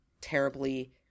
terribly